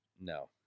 No